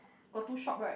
got two shop right